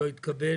לא התקבל.